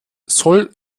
soll